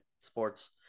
sports